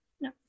no